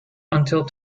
until